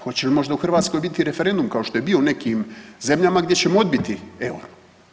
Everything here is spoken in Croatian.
Hoće li možda u Hrvatskoj biti referendum kao što je bio u nekim zemljama gdje ćemo odbiti EUR-o?